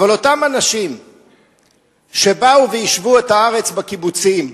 אבל אותם אנשים שבאו ויישבו את הארץ בקיבוצים,